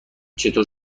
چطور